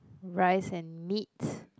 rice and meat